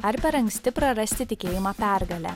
ar per anksti prarasti tikėjimą pergale